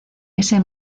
ese